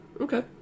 Okay